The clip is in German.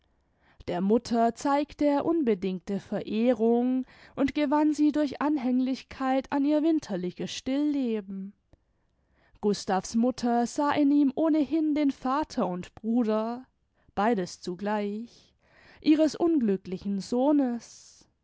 der mutter zeigte er unbedingte verehrung und gewann sie durch anhänglichkeit an ihr winterliches stillleben gustav's mutter sah in ihm ohnehin den vater und bruder beides zugleich ihres unglücklichen sohnes